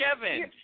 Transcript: Kevin